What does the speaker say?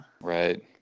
Right